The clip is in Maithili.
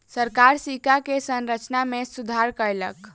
सरकार सिक्का के संरचना में सुधार कयलक